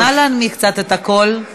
נא להנמיך קצת את הקול,